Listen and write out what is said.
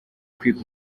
kwiga